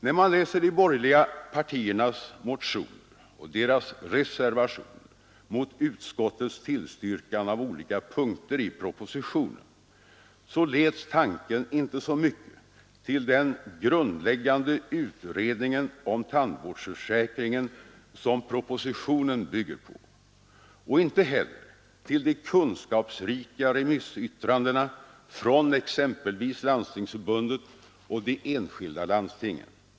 När man läser de borgerliga partiernas motioner och deras reservationer mot utskottets tillstyrkan av olika punkter i propositionen leds tanken inte så mycket till den grundläggande utredningen om tandvårdsförsäkringen som propositionen bygger på. Och inte heller till de kunskapsrika remissyttrandena från exempelvis Landstingsförbundet och de enskilda landstingen.